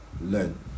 learn